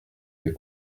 des